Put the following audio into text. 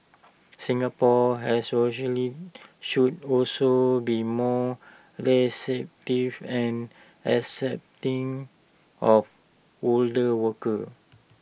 Singapore as socially should also be more receptive and accepting of older workers